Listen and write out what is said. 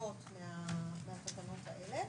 מוחרגות מהתקנות האלה.